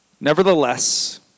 Nevertheless